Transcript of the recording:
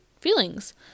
feelings